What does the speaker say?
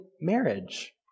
marriage